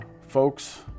folks